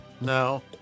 No